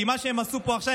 כי מה שהם עשו פה עכשיו,